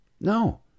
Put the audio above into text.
No